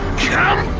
chance